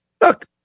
Look